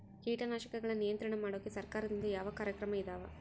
ಕೇಟನಾಶಕಗಳ ನಿಯಂತ್ರಣ ಮಾಡೋಕೆ ಸರಕಾರದಿಂದ ಯಾವ ಕಾರ್ಯಕ್ರಮ ಇದಾವ?